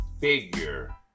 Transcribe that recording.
figure